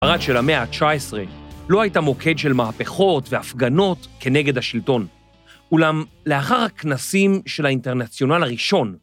ספרד של המאה ה-19 לא הייתה מוקד ‫של מהפכות והפגנות כנגד השלטון, ‫אולם לאחר הכנסים ‫של האינטרנציונל הראשון,